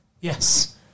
Yes